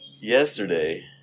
yesterday